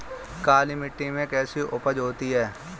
काली मिट्टी में कैसी उपज होती है?